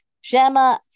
Shema